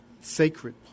sacred